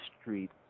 street